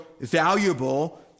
valuable